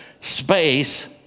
space